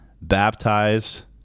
baptized